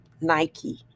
Nike